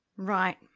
Right